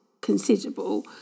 considerable